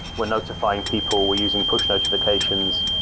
we're notifying people. we're using push notifications.